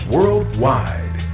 Worldwide